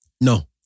No